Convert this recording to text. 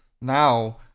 now